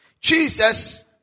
Jesus